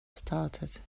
started